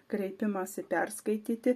kreipimąsi perskaityti